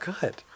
Good